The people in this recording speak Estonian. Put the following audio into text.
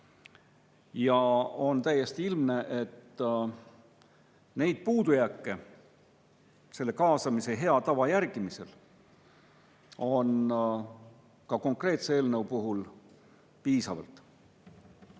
On täiesti ilmne, et puudujääke selle kaasamise hea tava järgimisel on ka konkreetse eelnõu puhul piisavalt.